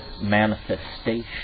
manifestation